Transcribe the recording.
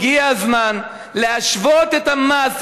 הגיע הזמן להשוות את המס,